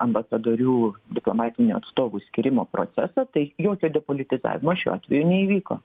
ambasadorių diplomatinių atstovų skyrimo procesą tai jokio depolitizavimo šiuo atveju neįvyko